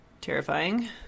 Terrifying